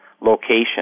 location